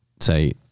say